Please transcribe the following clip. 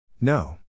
No